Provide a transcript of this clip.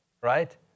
right